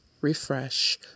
refresh